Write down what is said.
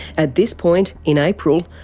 at this point, in april,